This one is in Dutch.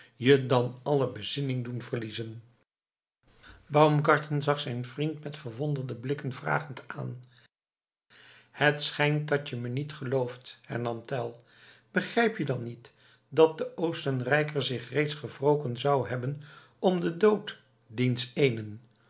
je dan alle bezinning doen verliezen baumgarten zag zijn vriend met verwonderde blikken vragend aan het schijnt dat je me niet gelooft hernam tell begrijp je dan niet dat de oostenrijker zich reeds gewroken zou hebben om den dood diens éénen